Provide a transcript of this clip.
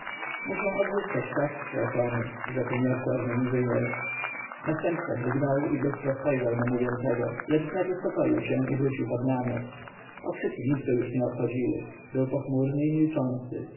muszą odzyskać czas stracony rzekł nieostrożnie inżynier następca drgnął i bystro spojrzał na mówiącego lecz wnet uspokoił się i wrócił pod namiot okrzyki nic go już nie obchodziły był pochmurny i milczący